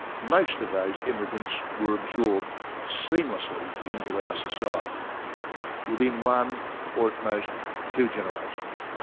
most of those immigrants were absorbed seamlessly into our society within one or at most two generations.